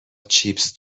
چیپس